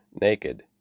naked